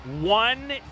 one